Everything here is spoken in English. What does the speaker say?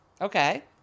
Okay